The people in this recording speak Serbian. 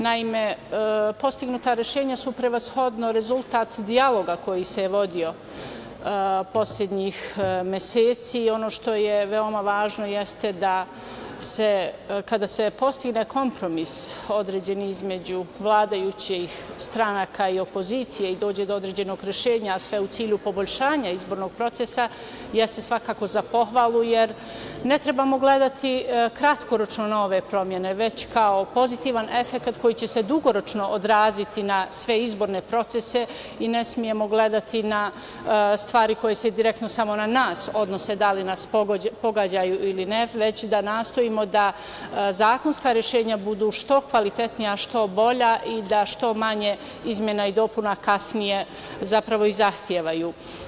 Naime, postignuta rešenja su prevashodno rezultat dijaloga koji se vodio poslednjih meseci i ono što je veoma važno jeste da se kada se postigne kompromis određeni između vladajućih stranaka i opozicije i dođe do određenog rešenja, a sve u cilju poboljšanja izbornog procesa, jeste svakako za pohvalu, jer ne trebamo gledati kratkoročno na ove promene, već kao pozitivan efekat koji će se dugoročno odraziti na sve izborne procese i ne smemo gledati i na stvari koje se direktno samo na nas odnose, da li nas pogađaju ili ne, već da nastojimo da zakonska rešenja budu što kvalitetnija što bolja i da što manje izmena i dopuna kasnije zapravo i zahtevaju.